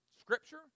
Scripture